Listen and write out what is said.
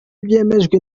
byemejwe